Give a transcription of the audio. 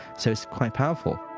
so it's quite powerful